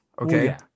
Okay